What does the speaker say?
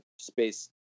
space